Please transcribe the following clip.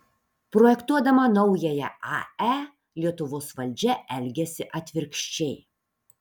projektuodama naująją ae lietuvos valdžia elgiasi atvirkščiai